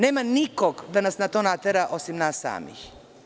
Nema nikoga da nas na to natera, osim nas samih.